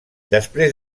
després